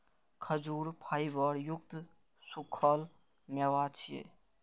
खजूर फाइबर युक्त सूखल मेवा छियै